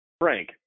Frank